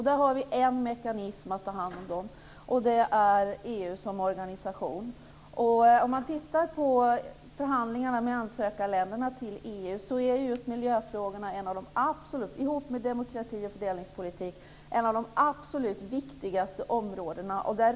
Vi har en mekanism för att ta hand om dem, nämligen Sett till förhandlingarna med EU:s ansökarländer tillhör miljöfrågorna tillsammans med frågorna om demokrati och fördelningspolitik de absolut viktigaste områdena.